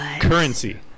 Currency